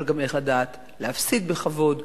אבל גם איך לדעת להפסיד בכבוד.